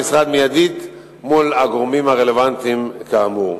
המשרד פועל מייד מול הגורמים הרלוונטיים כאמור.